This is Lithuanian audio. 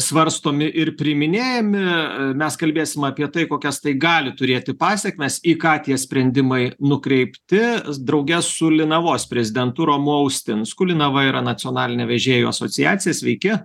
svarstomi ir priiminėjami mes kalbėsim apie tai kokias tai gali turėti pasekmes į ką tie sprendimai nukreipti drauge su linavos prezidentu romu austinsku linava yra nacionalinė vežėjų asociacija sveiki